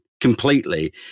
completely